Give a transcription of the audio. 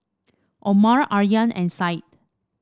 Omar Aryan and Said